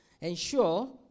Ensure